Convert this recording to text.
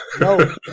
No